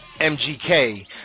mgk